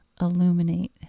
illuminate